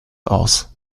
aus